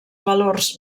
valors